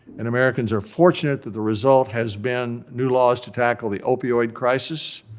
and americans are fortunate that the result has been new laws to tackle the opioid crisis,